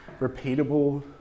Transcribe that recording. repeatable